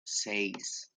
seis